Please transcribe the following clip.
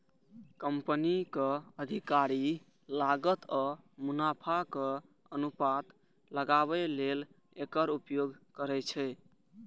कंपनीक अधिकारी लागत आ मुनाफाक अनुमान लगाबै लेल एकर उपयोग करै छै